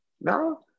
No